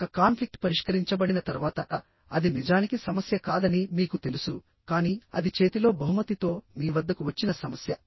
ఒక కాన్ఫ్లిక్ట్ పరిష్కరించబడిన తర్వాత అది నిజానికి సమస్య కాదని మీకు తెలుసు కానీ అది చేతిలో బహుమతి తో మీ వద్దకు వచ్చిన సమస్య